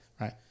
right